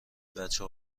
بچه